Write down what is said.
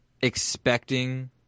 expecting